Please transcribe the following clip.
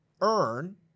earn